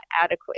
adequate